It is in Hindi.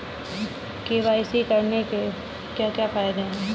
के.वाई.सी करने के क्या क्या फायदे हैं?